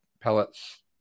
pellets